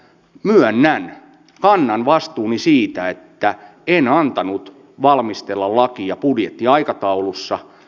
myönnän kannan vastuuni siitä että en antanut valmistella lakia budjettiaikataulussa